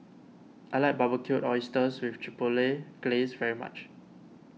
I like Barbecued Oysters with Chipotle Glaze very much